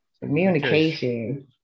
Communication